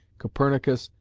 copernicus,